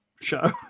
show